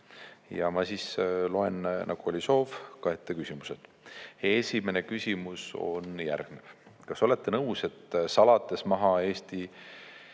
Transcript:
ja ma loen, nagu oli soov, ka ette küsimused. Esimene küsimus on järgmine: "Kas olete nõus, et salates maha Eesti